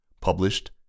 Published